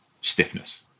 stiffness